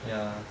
ya